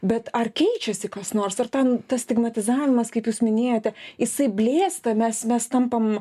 bet ar keičiasi kas nors ar ten tas stigmatizavimas kaip jūs minėjote jisai blėsta mes mes tampam